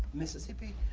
mississippi,